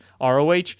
ROH